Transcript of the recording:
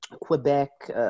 Quebec